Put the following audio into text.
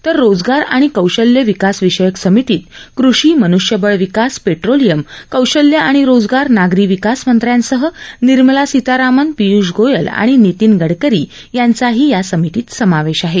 तर रोजगार आणि कौशल्य विकास विषयक समितीत कृषी मन्ष्यबळ विकास पेट्रोलियम कौशल्य आणि रोजगार नागरी विकास मंत्र्यांसह निर्मला सीतारामन पिय्ष गोयल आणि नितिन गडकरी यांचाही या समितीत समावेश आहे